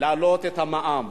להעלות את המע"מ.